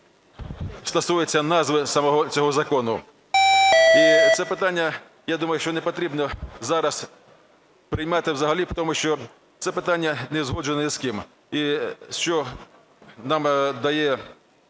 стосується назви самого цього закону. І це питання, я думаю, що непотрібно зараз приймати взагалі, тому що це питання не узгоджене ні з ким. І що нам дає